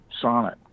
sonnet